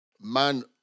Man